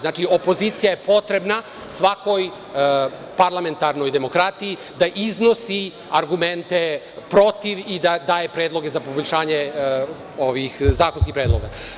Znači, opozicija je potrebna svakoj parlamentarnoj demokratiji da iznosi argumente protiv i da daje predloge za poboljšanje zakonskih predloga.